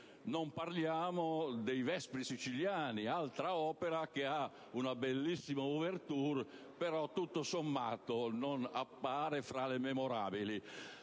Non parliamo de «I Vespri siciliani», altra opera con una bellissima *ouverture*, benché tutto sommato non appaia tra le memorabili.